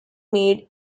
made